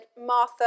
Martha